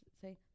say